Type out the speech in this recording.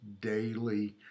daily